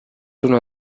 uno